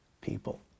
people